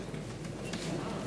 ידידי יושב-ראש